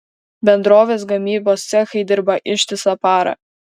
bendrovės gamybos cechai dirba ištisą parą